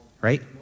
Right